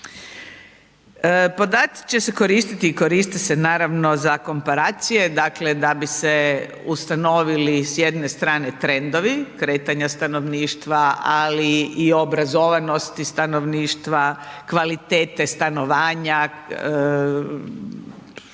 Podaci će se koristiti i koriste se naravno za komparacije, dakle da bi se ustanovili s jedne strane trendovi kretanja stanovništva, ali i obrazovanosti stanovništva, kvalitete stanovanja, svih